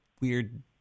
weird